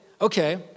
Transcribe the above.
okay